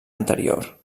anterior